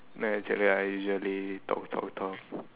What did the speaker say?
like actually I usually talk talk talk